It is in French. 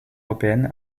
européenne